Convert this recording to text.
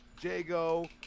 Jago